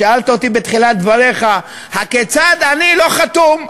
שאלת אותי בתחילת דבריך: הכיצד אני לא חתום?